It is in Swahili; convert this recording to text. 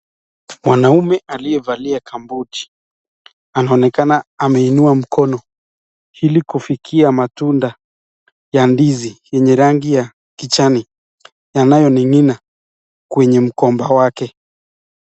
Mwanaume aliyevalia gambuti anaonekana ameinua mkono ili kufikia matunda ya ndizi yenye rangi ya kijani, anayoning'inina kwenye mgomba wake.